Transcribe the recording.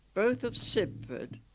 both of sibford,